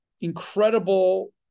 incredible